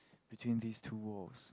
between these two walls